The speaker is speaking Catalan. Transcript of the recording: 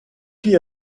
qui